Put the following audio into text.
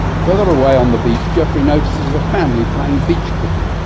further away on the beach geoffrey notices a family playing beach cricket,